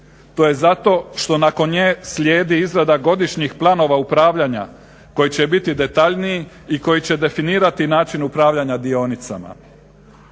To je zato što nakon nje slijedi izrada godišnjih planova upravljanja koji će biti detaljniji i koji će definirati način upravljanja dionicama.